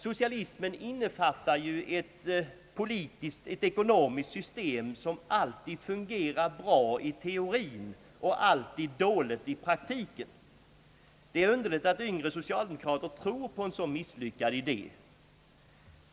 Socialismen innefattar ett ekonomiskt system som alltid fungerar bra i teorin och alltid dåligt i praktiken. Det är underligt att yngre socialdemokrater tror på en så misslyckad idé.